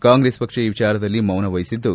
ಕಾಂಗ್ರೆಸ್ ಪಕ್ಷ ಈ ವಿಚಾರದಲ್ಲಿ ಮೌನ ವಹಿಸಿದ್ದು